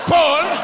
Paul